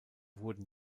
wurden